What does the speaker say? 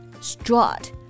strut